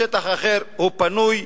השטח האחר הוא פנוי,